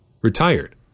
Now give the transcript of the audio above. retired